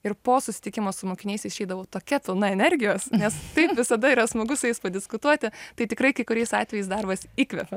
ir po susitikimo su mokiniais išeidavau tokia pilna energijos nes taip visada yra smagu su jais padiskutuoti tai tikrai kai kuriais atvejais darbas įkvepia